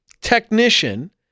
technician